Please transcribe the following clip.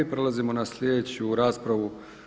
Prelazimo na sljedeću raspravu.